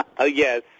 Yes